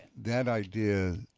that idea